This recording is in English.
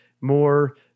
more